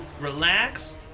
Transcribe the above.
relax